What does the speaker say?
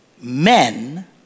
men